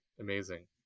amazing